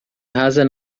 rasa